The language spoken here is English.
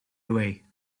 away